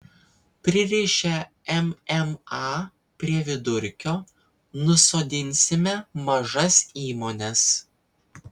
pririšę mma prie vidurkio nusodinsime mažas įmones